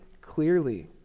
clearly